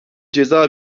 ceza